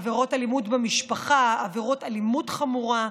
עבירות אלימות במשפחה ועבירות אלימות חמורה,